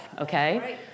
okay